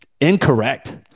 Incorrect